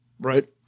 right